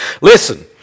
Listen